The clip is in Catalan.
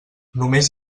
només